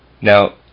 Now